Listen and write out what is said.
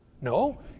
No